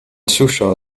zuschauer